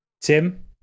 Tim